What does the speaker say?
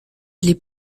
les